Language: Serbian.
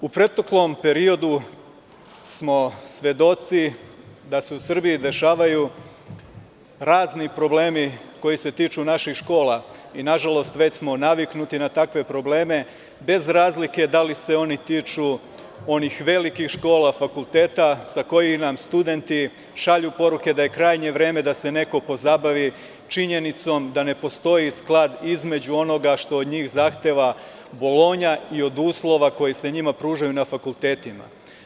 U prethodnom periodu smo svedoci da se u Srbiji dešavaju razni problemi koji se tiču naših škola i nažalost već smo naviknuti na takve probleme, bez razlike da li se oni tiču onih velikih škola, fakulteta sa kojih nam studenti šalju poruke da je krajnje vreme da se neko pozabavi činjenicom da ne postoji sklad između onoga što od njih zahteva Bolonja i od uslova koji se njima pružaju na fakultetima.